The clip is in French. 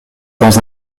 temps